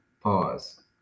Pause